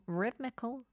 rhythmical